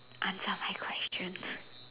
answer my questions